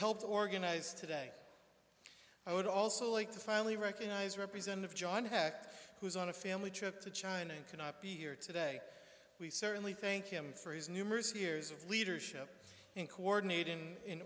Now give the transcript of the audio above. helped organize today i would also like to finally recognize representative john hecht who is on a family trip to china and cannot be here today we certainly thank him for his numerous years of leadership in coordinating in